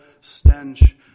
stench